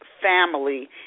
family